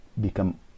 become